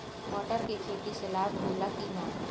मटर के खेती से लाभ होला कि न?